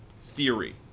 theory